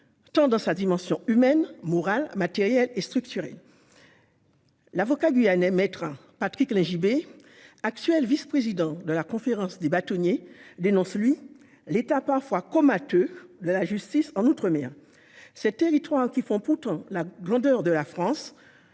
avancée dans sa dimension tant humaine, morale et matérielle que structurelle. L'avocat guyanais M Patrick Lingibé, actuel vice-président de la conférence des bâtonniers, dénonce « l'état parfois comateux » de la justice en outre-mer.